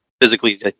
physically